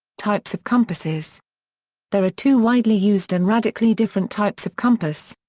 types of compasses there are two widely used and radically different types of compass.